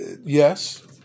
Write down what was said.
yes